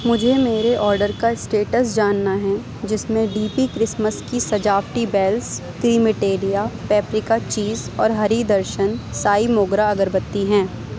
مجھے میرے اوڈر کا اسٹیٹس جاننا ہے جس میں ڈی پی کرسمس کی سجاوٹی بیلز کریمٹیلیا پیپریکا چیز اور ہری درشن سائی موگرا اگر بتی ہیں